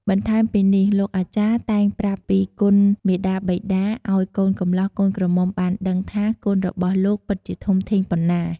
បន្ថែមពីនេះលោកអាចារ្យតែងប្រាប់ពីគុណមាតាបិតាឱ្យកូនកម្លោះកូនក្រមុំបានដឹងថាគុណរបស់លោកពិតជាធំធេងប៉ុណ្ណា។